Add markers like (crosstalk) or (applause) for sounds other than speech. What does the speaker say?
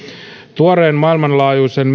tuoreen maailmanlaajuisen (unintelligible)